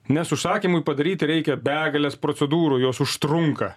nes užsakymui padaryti reikia begalės procedūrų jos užtrunka